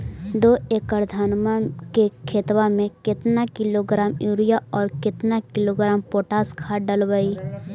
दो एकड़ धनमा के खेतबा में केतना किलोग्राम युरिया और केतना किलोग्राम पोटास खाद डलबई?